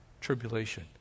tribulation